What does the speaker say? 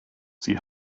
sie